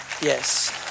Yes